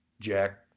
Jack